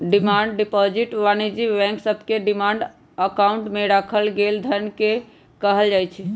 demand deposit वाणिज्यिक bank सभके demand account में राखल गेल धन के कहल जाइ छै